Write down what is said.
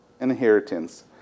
inheritance